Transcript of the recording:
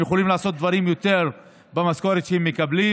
הם יכולים לעשות יותר דברים במשכורת שהם מקבלים.